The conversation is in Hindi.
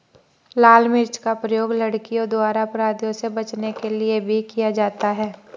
लाल मिर्च का प्रयोग लड़कियों द्वारा अपराधियों से बचने के लिए भी किया जाता है